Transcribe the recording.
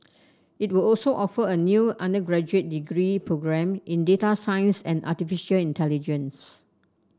it will also offer a new undergraduate degree programme in data science and artificial intelligence